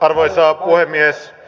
arvoisa puhemies